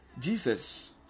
Jesus